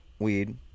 weed